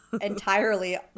Entirely